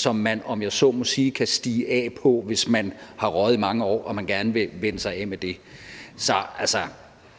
som man, om jeg så må sige, kan stige af på, hvis man har røget i mange år og man gerne vil vænne sig af med det.